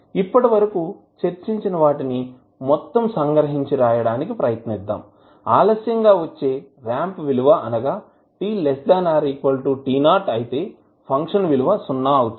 ఇప్పటివరకు చర్చించిన వాటిని మొత్తం సంగ్రహించి రాయడానికి ప్రయత్నిద్దాం ఆలస్యం గా వచ్చే రాంప్ విలువ అనగా t t 0 అయితే ఫంక్షన్ విలువ సున్నా అవుతుంది